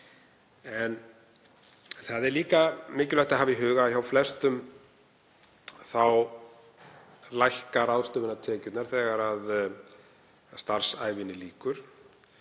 En það er líka mikilvægt að hafa í huga að hjá flestum lækka ráðstöfunartekjurnar þegar starfsævinni lýkur